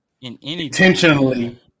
intentionally